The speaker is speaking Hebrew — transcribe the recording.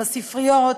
בספריות,